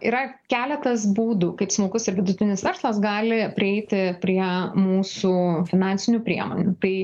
yra keletas būdų kaip smulkus ir vidutinis verslas gali prieiti prie mūsų finansinių priemonių tai